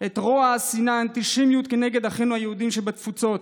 את רוע השנאה האנטישמית נגד אחינו היהודים בתפוצות.